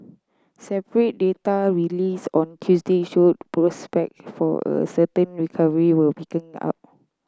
separate data released on Tuesday showed prospect for a sustained recovery were picking up